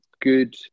good